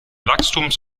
wachstums